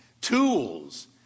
tools